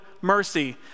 mercy